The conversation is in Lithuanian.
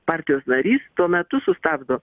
partijos narys tuo metu sustabdo